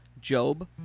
Job